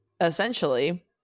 essentially